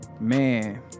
Man